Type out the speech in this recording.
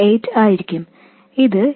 8 ആയിരിക്കും ഇത് 2